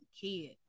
kid